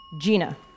Gina